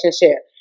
relationship